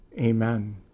Amen